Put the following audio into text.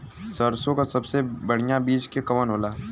सरसों क सबसे बढ़िया बिज के कवन होला?